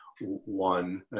one